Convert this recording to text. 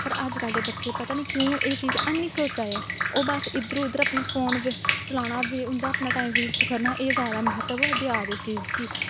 फिर अज कल दे बच्चे पता नी क्यों एह् चीज़ नी सोचा दे ओह् बस इध्दर उध्दर अपने फोन चलाना उंदा अपना टाईम बेस्ट करना एह् जादा मैह्त्व देआ दे इस चीज़ गी